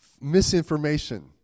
misinformation